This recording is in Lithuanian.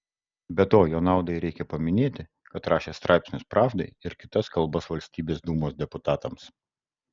be to jo naudai reikia paminėti kad rašė straipsnius pravdai ir kalbas valstybės dūmos deputatams